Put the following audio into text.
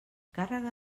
càrrega